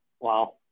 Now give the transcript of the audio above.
Wow